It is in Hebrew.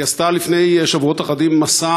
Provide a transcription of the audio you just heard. היא עשתה לפני שבועות אחדים מסע